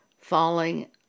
falling